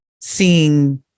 seeing